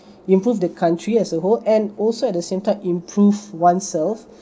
you improve the country as a whole and also at the same time improve oneself